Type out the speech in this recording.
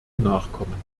nachkommen